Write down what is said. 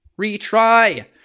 retry